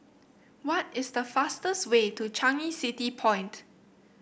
what is the fastest way to Changi City Point